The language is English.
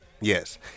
Yes